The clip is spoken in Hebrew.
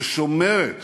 ששומרת